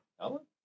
Ellen